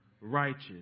Righteous